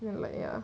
I'm like ya